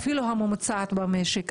אפילו הממוצעת במשק,